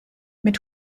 mit